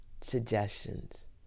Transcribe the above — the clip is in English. suggestions